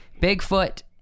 Bigfoot